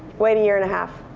wait a year and a half.